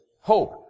hope